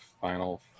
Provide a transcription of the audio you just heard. final